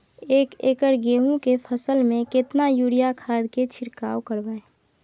एक एकर गेहूँ के फसल में केतना यूरिया खाद के छिरकाव करबैई?